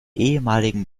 ehemaligen